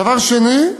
דבר שני,